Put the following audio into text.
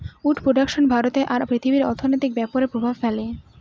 would production ভারতে আর পৃথিবীর অর্থনৈতিক ব্যাপরে প্রভাব ফেলে